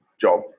job